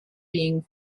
being